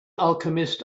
alchemist